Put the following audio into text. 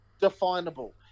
definable